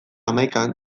hamaikan